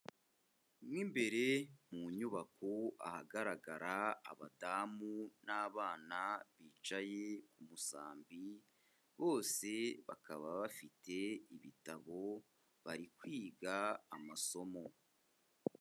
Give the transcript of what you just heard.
Mu imbere mu nyubako ahagaragara abadamu n'abana bicaye ku musambi, bose bakaba bafite ibitabo bari kwiga amasomo.